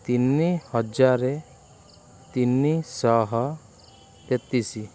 ତିନି ହଜାର ତିନିଶହ ତେତିଶି